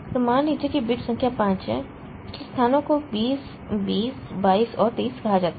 तो मान लीजिए कि बिट संख्या 5 है इसलिए स्थानों को 20 20 22 और 23 कहा जाता है